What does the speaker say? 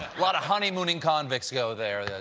lot of honeymooning convicts go there,